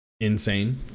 insane